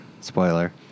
Spoiler